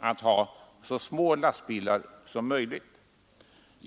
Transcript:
att använda så små lastbilar som möjligt.